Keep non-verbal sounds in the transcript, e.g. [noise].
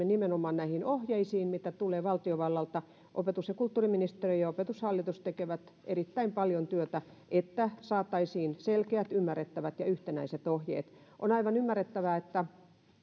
[unintelligible] nimenomaan näihin ohjeisiin mitä tulee valtiovallalta opetus ja kulttuuriministeriö ja opetushallitus tekevät erittäin paljon työtä että saataisiin selkeät ymmärrettävät ja yhtenäiset ohjeet on aivan ymmärrettävää